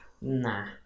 nah